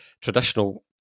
traditional